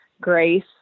grace